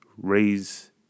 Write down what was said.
Raise